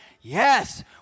Yes